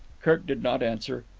kirk did not answer.